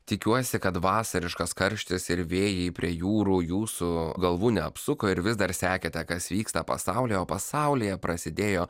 tikiuosi kad vasariškas karštis ir vėjai prie jūrų jūsų galvų neapsuko ir vis dar sekėte kas vyksta pasaulyje o pasaulyje prasidėjo